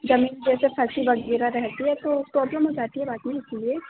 जमीन जैसे फंसी वगैरह रह गया तो प्रॉब्लेम हो जाती है बाद में इसीलिए